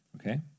okay